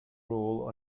role